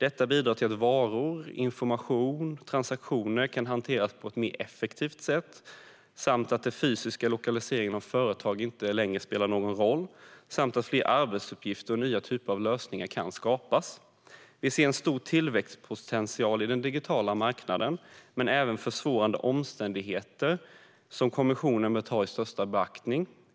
Den bidrar till att varor, information och transaktioner kan hanteras på ett mer effektivt sätt, att den fysiska lokaliseringen av företag inte längre spelar någon roll och att fler arbetsuppgifter och nya typer av lösningar kan skapas. Vi ser en stor tillväxtpotential i den digitala marknaden men även försvårande omständigheter som kommissionen bör ta i största beaktande.